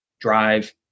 drive